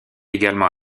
également